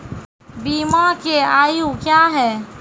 बीमा के आयु क्या हैं?